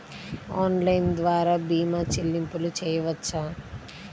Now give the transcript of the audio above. Online ద్వార భీమా చెల్లింపులు చేయవచ్చా?